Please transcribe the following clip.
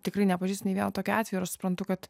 tikrai nepažįstu nei vieno tokio atvejo ir aš suprantu kad